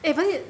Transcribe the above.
eh but then